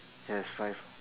yes five